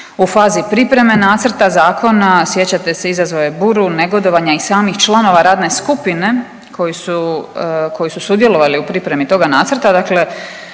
U fazi pripreme nacrta zakona sjećate se izazvao je buru negodovanja i samih članova radne skupine koji su sudjelovali u pripremi toga nacrta.